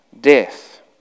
death